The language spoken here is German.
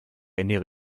ernähre